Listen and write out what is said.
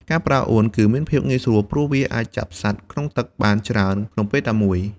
ការប្រើអួនគឺមានភាពងាយស្រួល ព្រោះវាអាចចាប់សត្វក្នុងទឹកបានច្រើនក្នុងពេលតែមួយ។